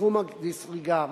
בסכום ה-disregard,